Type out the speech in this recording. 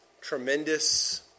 tremendous